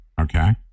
okay